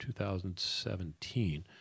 2017